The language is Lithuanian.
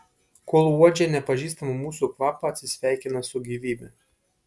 kol uodžia nepažįstamą mūsų kvapą atsisveikina su gyvybe